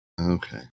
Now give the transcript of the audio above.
Okay